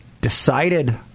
decided